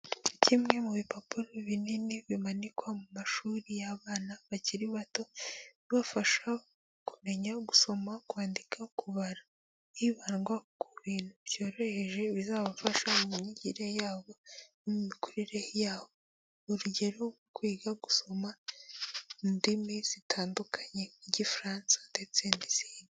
Kimwe mu bipapuro binini bimanikwa mu mashuri y'abana bakiri bato, bibafasha kumenya gusoma, kwandika, kubara, hibandwa ku bintu byoroheje bizabafasha mu myigire yabo n'imikurire yabo, urugero kwiga gusoma indimi zitandukanye nk'igifaransa ndetse n'izindi.